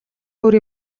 өөр